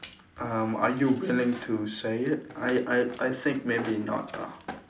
um are you willing to say it I I I think maybe not ah